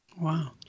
Wow